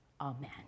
amen